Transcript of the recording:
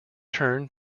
turn